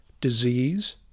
disease